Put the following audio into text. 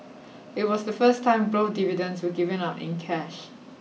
it was the first time growth dividends were given out in cash